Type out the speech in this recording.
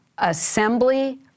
Assembly